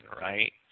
right